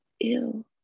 Ew